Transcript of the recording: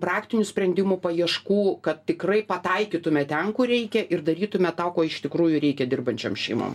praktinių sprendimų paieškų kad tikrai pataikytume ten kur reikia ir darytume tą ko iš tikrųjų reikia dirbančiom šeimom